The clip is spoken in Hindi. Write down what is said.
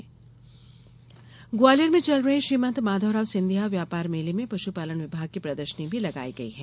प्रदर्शनी पशुपालन विभाग ग्वालियर में चल रहे श्रीमंत माधवराव सिंधिया व्यापार मेले में पशुपालन विभाग की प्रदर्शनी भी लगाई गई है